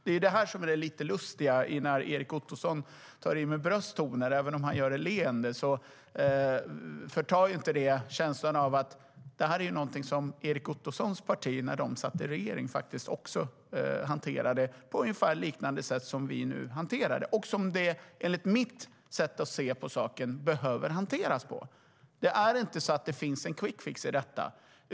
Det är lite lustigt när Erik Ottoson tar i med brösttoner, även om han gör det leende, men det förtar inte känslan av att när Erik Ottosons parti satt i regeringen hanterade man frågan på ungefär liknande sätt som den nuvarande regeringen hanterar den - och som den enligt mitt sätt att se på saken behöver hanteras på. Det finns inte en quickfix i detta.